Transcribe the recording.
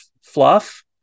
fluff